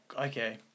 okay